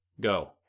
Go